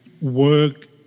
work